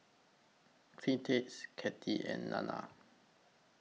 Cletus Cathy and Nana